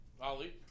Ali